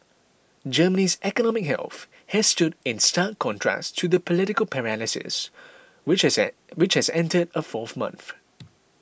Germany's economic health has stood in stark contrast to the political paralysis which has a which has entered a fourth month